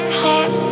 heart